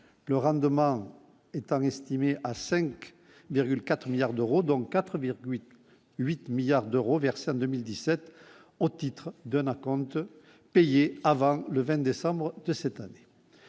le rendement étant estimée à 5,4 milliards d'euros, donc 4,8 milliards d'euros versés en 2017 au titre d'un acompte payé avant le 20 décembre de cette année,